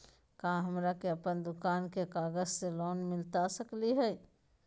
का हमरा के अपन दुकान के कागज से लोन मिलता सकली हई?